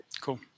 Cool